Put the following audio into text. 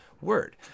word